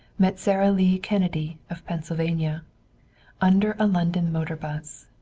met sara lee kennedy, of pennsylvania under a london motor bus.